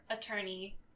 attorney